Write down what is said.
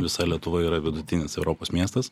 visa lietuva yra vidutinis europos miestas